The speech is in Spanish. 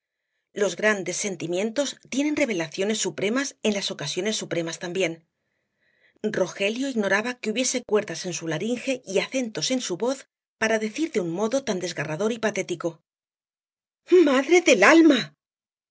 los grandes sentimientos tienen revelaciones supremas en las ocasiones supremas también rogelio ignoraba que hubiese cuerdas en su laringe y acentos en su voz para decir de un modo tan desgarrador y patético madre del alma